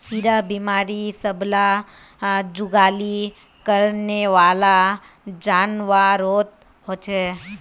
इरा बिमारी सब ला जुगाली करनेवाला जान्वारोत होचे